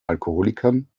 alkoholikern